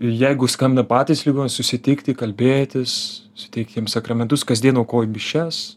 jeigu skambina patys ligoniai susitikti kalbėtis suteikt jiem sakramentus kasdien aukoju mišias